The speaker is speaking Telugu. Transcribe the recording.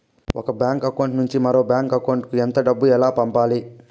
ఒక బ్యాంకు అకౌంట్ నుంచి మరొక బ్యాంకు అకౌంట్ కు ఎంత డబ్బు ఎలా పంపాలి